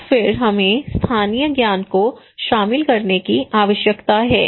और फिर हमें स्थानीय ज्ञान को शामिल करने की आवश्यकता है